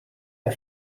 der